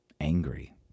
angry